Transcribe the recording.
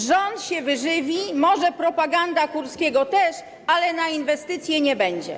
Rząd się wyżywi, może propaganda Kurskiego też, ale na inwestycje nie będzie.